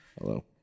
Hello